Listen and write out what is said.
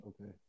okay